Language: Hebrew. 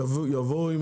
יבואו עם